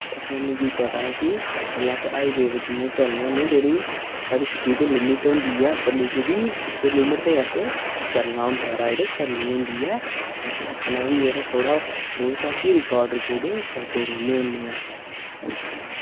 पर साह्नूं कि पता ऐ कि जेल्लै अस हाईवे प जि'यां चलने होने जेह्ड़ी साढ़ी स्पीड लिमिट होंदी ऐ उप्पर लिखी दी उस लिमिट दे असे चलना होंदा ऐ राइड करनी होंदी ऐ असें अपना बी जेह्ड़ा थोह्ड़ा बहुत ऐ कि रिकार्ड रकुरड करदे रौह्न्ने होन्ने आं